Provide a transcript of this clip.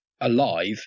alive –